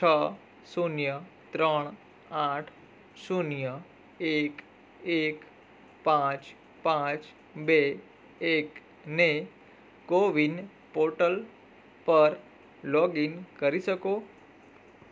છ શૂન્ય ત્રણ આઠ શૂન્ય એક એક પાંચ પાંચ બે એક ને કોવિન પોર્ટલ પર લોગઇન કરી શકો